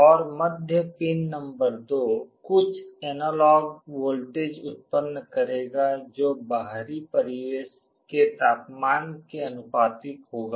और मध्य pin number 2 कुछ एनालॉग वोल्टेज उत्पन्न करेगा जो बाहरी परिवेश के तापमान के आनुपातिक होगा